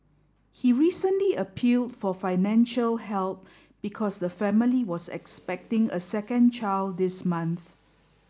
he recently appealed for financial help because the family was expecting a second child this month